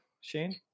Shane